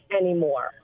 anymore